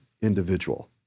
individual